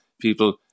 people